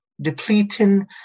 depleting